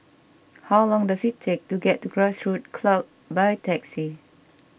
how long does it take to get to Grassroots Club by taxi